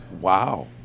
Wow